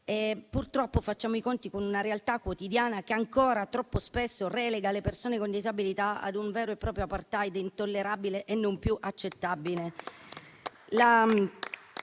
purtroppo facciamo i conti con una realtà quotidiana che ancora troppo spesso relega le persone con disabilità a un vero e proprio *apartheid* intollerabile e non più accettabile.